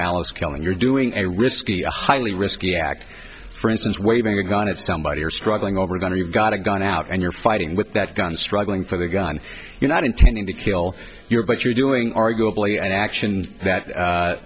malice killing you're doing a risky highly risky act for instance waving a gun at somebody or struggling over going to you've got a gun out and you're fighting with that gun struggling for the gun you're not intending to kill your but you're doing arguably an action that